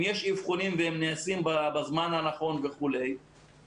יש אבחונים והם נעשים בזמן הנכון וכולי,